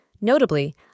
Notably